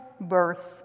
birth